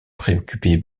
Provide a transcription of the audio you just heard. préoccupait